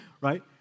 Right